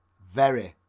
very,